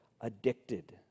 addicted